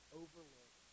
overlook